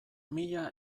mila